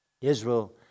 Israel